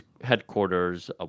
headquarters